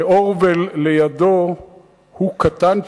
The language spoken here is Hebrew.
שאורוול לידו הוא קטנצ'יק.